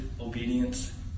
obedience